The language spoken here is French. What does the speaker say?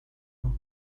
leur